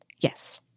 Yes